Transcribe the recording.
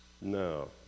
No